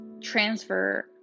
transfer